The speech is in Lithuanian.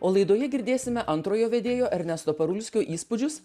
o laidoje girdėsime antrojo vedėjo ernesto parulskio įspūdžius